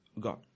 God